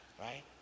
right